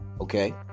okay